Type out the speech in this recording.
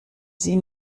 sie